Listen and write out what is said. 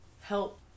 help